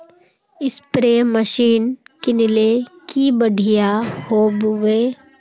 Spray machine किनले की बढ़िया होबवे?